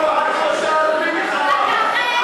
בלי מלחמה,